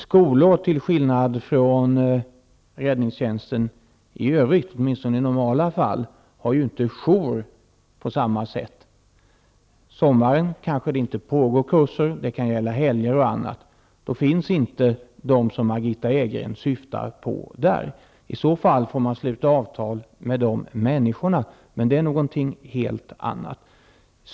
Skolor har till skillnad från räddningstjänsten i övrigt åtminstone i normala fall inte jour på samma sätt som den. Det pågår kanske inte kurser under sommaren, under helger osv. Då finns inte de som Margitta Edgren syftar på där. I så fall får man sluta avtal med de människorna, men det är något helt annat.